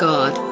God